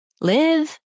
live